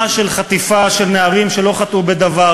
של חטיפה של נערים שלא חטאו בדבר,